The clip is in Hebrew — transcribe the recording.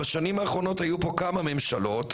בשנים האחרונות היו פה כמה ממשלות,